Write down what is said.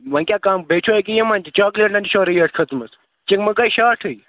وۅنۍ کیٛاہ کَم بیٚیہِ چھُ أکہِ یِمَن چاکلیٹَن تہِ چھُ ریٹ کٔژھ مژٕ چنٛگمہٕ گَے شارٹٕے